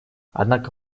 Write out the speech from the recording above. однако